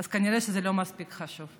אז כנראה שזה לא מספיק חשוב.